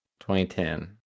2010